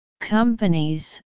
companies